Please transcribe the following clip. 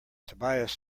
tobias